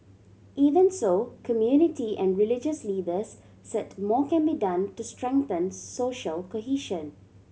even so community and religious leaders said more can be done to strengthen social cohesion